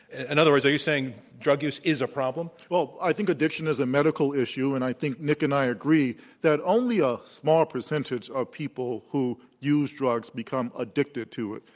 and other words, are you saying drug use is a problem? well, i think addiction is a medical issue, and i think nick and i agree that only a small percentage of people who use drugs become addicted to it.